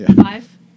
five